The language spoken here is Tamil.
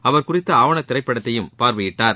அவர் குறித்த ஆவண திரைப்படத்தையும் பார்வையிட்டார்